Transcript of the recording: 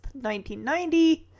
1990